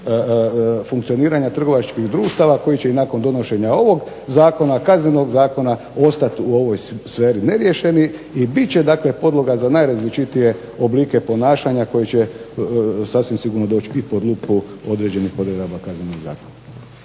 funkcioniranja trgovačkih društava koji će i nakon donošenja ovog zakona, Kaznenog zakona ostati u ovoj sferi neriješeni i bit će dakle podloga za najrazličitije oblike ponašanja koji će sasvim sigurno doći i pod lupu određenih odredaba Kaznenog zakona.